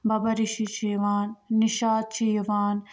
بابا ریٖشی چھِ یِوان نِشاط چھِ یِوان